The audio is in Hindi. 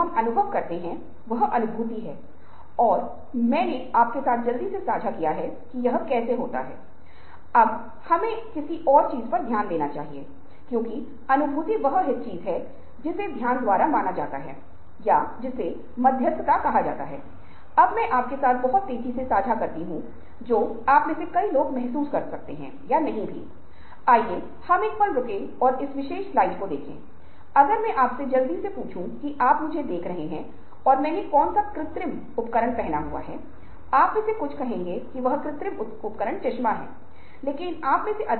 इसी तरह व्यक्ति के विस्तार की मात्रा क्या है द्वारा करने वाला परीक्षण की उदाहरण के लिए मान सकता है एक दरवाजा 0 पर रुकता है जबकि एक तेज हवा में दरवाजा बंद करने से रोकने के लिए 2 है एक दरवाजा के स्लैमिंग के बारे में और 2 की व्याख्या हवा के बारे में है